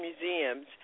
museums